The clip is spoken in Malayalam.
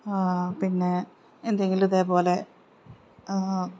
പിന്നെ എന്തെങ്കിലും ഇതേപോലെ